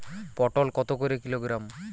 পটল কত করে কিলোগ্রাম?